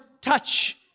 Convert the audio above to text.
touch